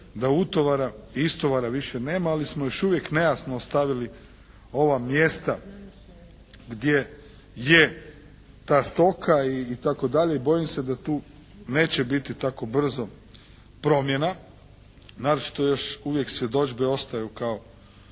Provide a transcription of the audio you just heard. da utovara i istovara više nema, ali smo još uvijek nejasno ostavili ova mjesta gdje je ta stoka itd. i bojim se da tu neće biti tako brzo promjena, naročito još uvijek svjedodžbe ostaju kao